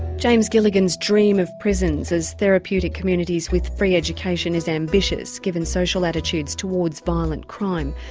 james gilligan's dream of prisons as therapeutic communities with free education is ambitious, given social attitudes towards violent crime.